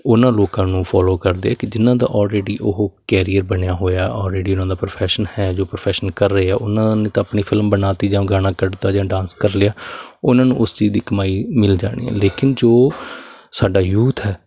ਉਹਨਾਂ ਲੋਕਾਂ ਨੂੰ ਫੋਲੋ ਕਰਦੇ ਆ ਕਿ ਜਿਹਨਾਂ ਦਾ ਆਲਰੇਡੀ ਉਹ ਕੈਰੀਅਰ ਬਣਿਆ ਹੋਇਆ ਆਲਰੇਡੀ ਉਹਨਾਂ ਦਾ ਪ੍ਰੋਫੈਸ਼ਨ ਹੈ ਜੋ ਪ੍ਰੋਫੈਸ਼ਨ ਕਰ ਰਹੇ ਆ ਉਹਨਾਂ ਨੇ ਤਾਂ ਆਪਣੀ ਫਿਲਮ ਬਣਾ ਦਿੱਤੀ ਜਾਂ ਗਾਣਾ ਕੱਢਤਾ ਜਾਂ ਡਾਂਸ ਕਰ ਲਿਆ ਉਹਨਾਂ ਨੂੰ ਉਸ ਚੀਜ਼ ਦੀ ਕਮਾਈ ਮਿਲ ਜਾਣੀ ਲੇਕਿਨ ਜੋ ਸਾਡਾ ਯੂਥ ਹੈ